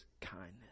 kindness